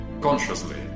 consciously